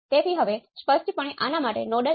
તેથી ત્યાં અંદર કોઈ સ્વતંત્ર સ્ત્રોત નથી